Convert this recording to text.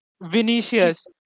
Vinicius